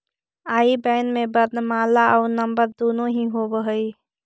आई बैन में वर्णमाला आउ नंबर दुनो ही होवऽ हइ